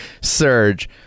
Surge